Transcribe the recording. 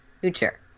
future